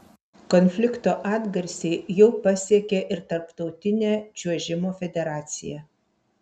konflikto atgarsiai jau pasiekė ir tarptautinę čiuožimo federaciją